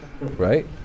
right